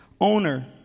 owner